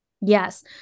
Yes